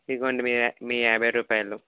ఇదిగోండి మీ యా మీ యాభై రూపాయలు